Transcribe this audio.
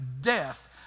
Death